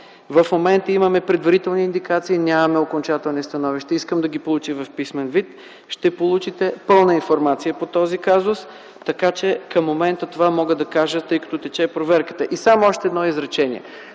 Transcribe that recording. В момента имаме предварителни индикации и нямаме окончателно становище. Искам да ги получа в писмен вид. Ще получите пълна информация по този казус, така че към момента мога да кажа това, тъй като тече проверката. Само още едно изречение.